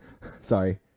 Sorry